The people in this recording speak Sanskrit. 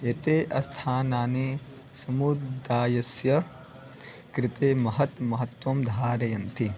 एते अस्थानानि समुदायस्य कृते महत् महत्वं धारयन्ति